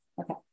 okay